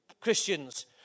Christians